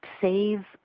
save